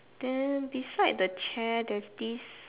then beside the chair there's this